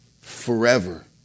forever